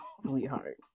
sweetheart